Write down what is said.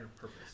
purpose